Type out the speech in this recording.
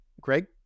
Greg